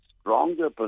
stronger